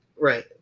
Right